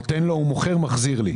אני נותן לו, הוא מוכר ומחזיר לי.